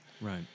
Right